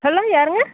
hello யாருங்க